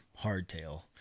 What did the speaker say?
hardtail